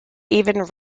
even